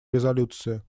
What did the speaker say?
резолюции